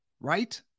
right